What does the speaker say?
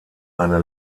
eine